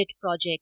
project